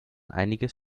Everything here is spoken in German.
einiges